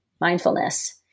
mindfulness